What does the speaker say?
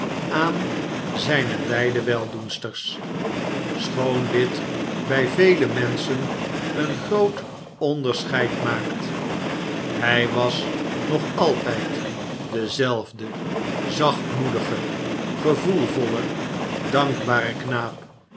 aan zijne beide weldoensters schoon dit bij ve e menschen een groot onderscheid maakt hij was nog altijd dezelfde zachtmoedige gevoelvolle dankbare knaap